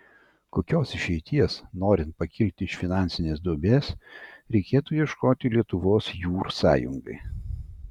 kokios išeities norint pakilti iš finansinės duobės reikėtų ieškoti lietuvos jūr sąjungai